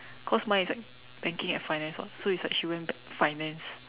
cause mine is like banking and finance [what] so it's like she went ba~ finance